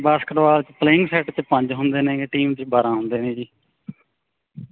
basketball 'ਚ playing set 'ਚ ਪੰਜ ਹੁੰਦੇ ਨੇ ਗੇ ਟੀਮ 'ਚ ਬਾਰਾਂ ਹੁੰਦੇ ਨੇ ਜੀ